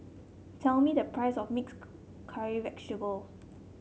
tell me the price of mixed cu curry vegetable